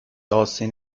آستین